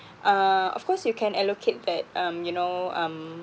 uh of course you can allocate that um you know um